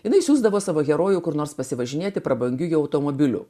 jinai siųsdavo savo herojų kur nors pasivažinėti prabangiu automobiliu